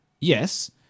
Yes